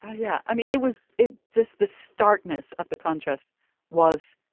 yeah, i mean it was it just the starkness of the contrast was.